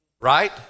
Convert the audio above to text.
Right